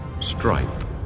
stripe